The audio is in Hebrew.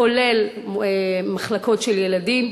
כולל מחלקות של ילדים,